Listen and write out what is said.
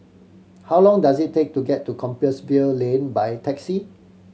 how long does it take to get to Compassvale Lane by taxi